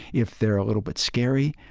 if they're a little bit scary,